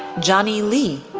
johnny lee,